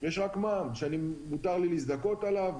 יש רק מע"מ שמותר לי להזדכות עליו,